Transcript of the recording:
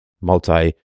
multi